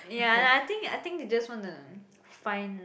ya and I think I think they just wanna find